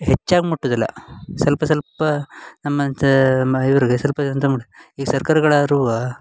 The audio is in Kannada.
ಹೆಚ್ಚಾಗಿ ಮುಟ್ಟುವುದಿಲ್ಲ ಸ್ವಲ್ಪ ಸ್ವಲ್ಪ ನಮ್ಮ ಜಾ ನಮ್ಮ ಇವ್ರಿಗೆ ಸ್ವಲ್ಪ ಈಗ ಸರ್ಕಾರಗಳಾದ್ರೂ